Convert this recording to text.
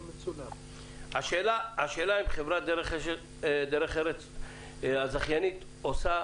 השאלה אם חברת דרך ארץ הזכיינית עושה